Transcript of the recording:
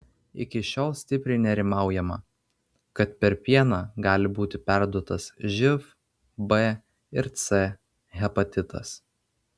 iki šiol stipriai nerimaujama kad per pieną gali būti perduotas živ b ir c hepatitas